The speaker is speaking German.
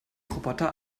roboter